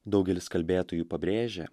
daugelis kalbėtojų pabrėžia